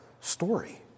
story